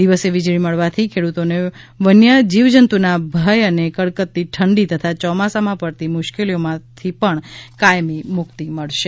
દિવસે વીજળી મળવાથી ખેડૂતોને વન્ય જીવજંતુના ભયઅને કડકડતી ઠંડી તથા ચોમાસામાં પડતી મુશ્કેલીઓમાંથી પણ કાયમી મુક્તિ મળશે